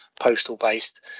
postal-based